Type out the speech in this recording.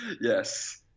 Yes